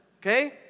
Okay